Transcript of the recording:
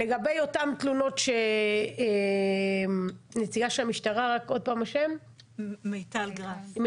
לגבי אותן תלונות שנציגת המשטרה מיטל גרף,